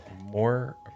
more